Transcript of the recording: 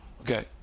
Okay